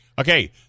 Okay